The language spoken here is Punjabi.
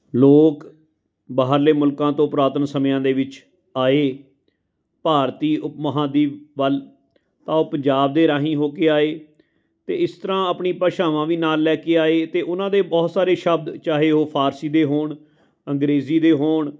ਲੋਕ ਬਾਹਰਲੇ ਮੁਲਕਾਂ ਤੋਂ ਪੁਰਾਤਨ ਸਮਿਆਂ ਦੇ ਵਿੱਚ ਆਏ ਭਾਰਤੀ ਉਪ ਮਹਾਂਦੀਪ ਵੱਲ ਤਾਂ ਉਹ ਪੰਜਾਬ ਦੇ ਰਾਹੀਂ ਹੋ ਕੇ ਆਏ ਅਤੇ ਇਸ ਤਰ੍ਹਾਂ ਆਪਣੀ ਭਾਸ਼ਾਵਾਂ ਵੀ ਨਾਲ ਲੈ ਕੇ ਆਏ ਅਤੇ ਉਹਨਾਂ ਦੇ ਬਹੁਤ ਸਾਰੇ ਸ਼ਬਦ ਚਾਹੇ ਉਹ ਫਾਰਸੀ ਦੇ ਹੋਣ ਅੰਗਰੇਜ਼ੀ ਦੇ ਹੋਣ